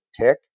tick